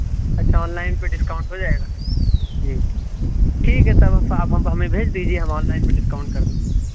اچھا online پہ discount ہو جائے گا جی ٹھیک تب آپ ہمیں بھیج دیجیے ہم آن لائن پہ ڈسکانٹ کر دیں گے ہوں